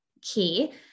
key